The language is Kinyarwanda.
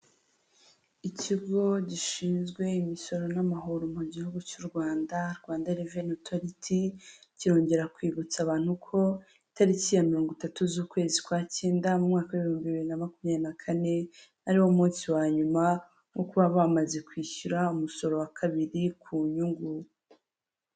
Ikigo gishinzwe imisoro n'amahoro mu gihugu cy'u Rwanda, Rwanda revenu otoriti kirongera kwibutsa abantu ku itariki ya mirongo itatu z'ukwezi kwa cyenda mu mwaka w'ibihumbi ibiri na makumyabiri na kane ari wo munsi wa nyuma wo kuba bamaze kwishyura umusoro wa kabiri ku nyungu.